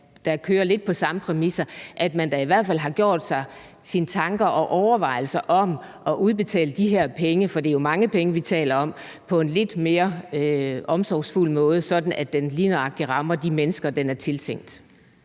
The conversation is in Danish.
der kører lidt på samme præmisser, i hvert fald have gjort sig sine tanker og overvejelser om at udbetale de her penge på en lidt mere omhyggelig måde, sådan at checken lige nøjagtig rammer de mennesker, den er tiltænkt.